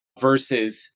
versus